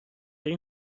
این